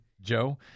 Joe